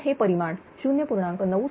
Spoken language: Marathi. तर हे परिमाण 0